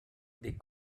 they